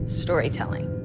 storytelling